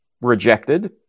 rejected